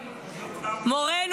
הדוברים,